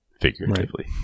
figuratively